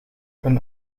een